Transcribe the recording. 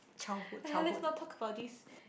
!aiya! let's not talk about this